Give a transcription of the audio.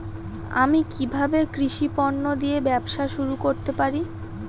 আমি কিভাবে কৃষি পণ্য দিয়ে ব্যবসা শুরু করতে পারি?